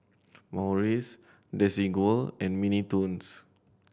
Morries Desigual and Mini Toons